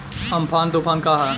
Amphan तुफान का ह?